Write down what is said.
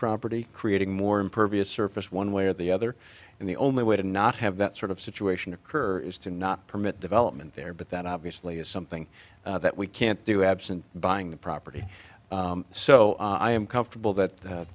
property creating more impervious surface one way or the other and the only way to not have that sort of situation occur is to not permit development there but that obviously is something that we can't do absent buying the property so i am comfortable that